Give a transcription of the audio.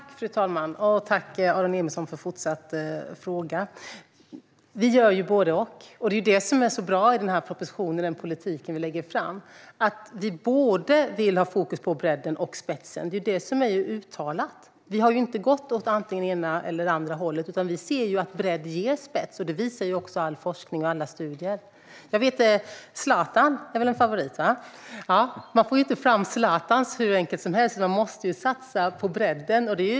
Fru talman! Tack, Aron Emilsson, för den fortsatta frågan! Vi gör både och - det är detta som är så bra med denna proposition och med den politik som vi lägger fram. Vi vill ha fokus både på bredden och på spetsen. Det är detta som är uttalat. Vi har inte gått åt det ena eller andra hållet, utan vi ser att bredd ger spets. Detta visar också all forskning och alla studier. Zlatan är väl en favorit? Man får inte fram sådana som Zlatan hur enkelt som helst, utan man måste satsa på bredden.